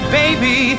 baby